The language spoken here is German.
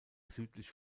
südlich